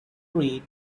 read